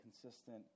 consistent